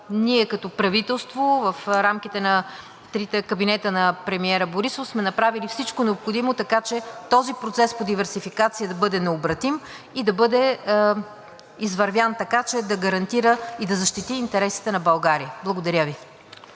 ние като правителство, в рамките на трите кабинета на Борисов, сме направили всичко необходимо този процес по диверсификация да бъде необратим и да бъде извървян, така че да гарантира и да защити интересите на България. Благодаря Ви.